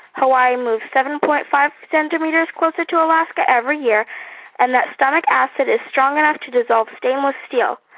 hawaii moves seven point five centimeters closer to alaska every year and that stomach acid is strong enough to dissolve stainless steel.